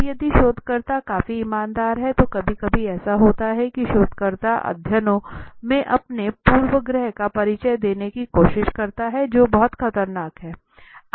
अब यदि शोधकर्ता काफी ईमानदार है तो कभी कभी ऐसा होता है कि शोधकर्ता अध्ययनों में अपने पूर्वाग्रह का परिचय देने की कोशिश करता है जो बहुत खतरनाक है